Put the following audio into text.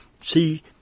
See